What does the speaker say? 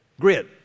grid